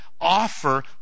offer